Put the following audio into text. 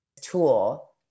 tool